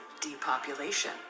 Depopulation